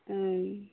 ᱦᱮᱸᱻ